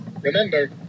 Remember